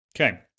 Okay